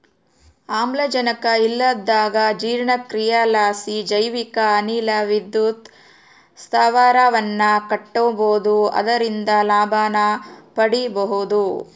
ಆಮ್ಲಜನಕ ಇಲ್ಲಂದಗ ಜೀರ್ಣಕ್ರಿಯಿಲಾಸಿ ಜೈವಿಕ ಅನಿಲ ವಿದ್ಯುತ್ ಸ್ಥಾವರವನ್ನ ಕಟ್ಟಬೊದು ಅದರಿಂದ ಲಾಭನ ಮಾಡಬೊಹುದು